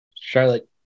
Charlotte